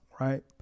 Right